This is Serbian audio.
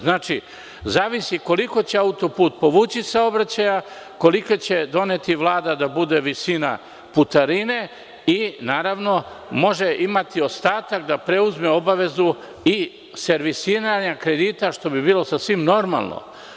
Znači, zavisi koliko će autoput povući saobraćaja, koliko će doneti Vlada da bude visina putarine i, naravno, može imati ostatak da preuzme obavezu i servisiranja kredita, što bi bilo sasvim normalno.